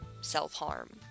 self-harm